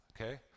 okay